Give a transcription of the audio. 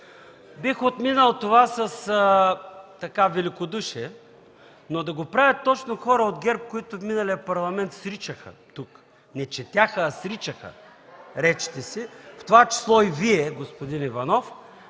Бих отминал това с великодушие, но да го правят точно хора от ГЕРБ, които в миналия парламент сричаха тук, не четяха, а сричаха речите си, в това число и Вие, господин Иванов,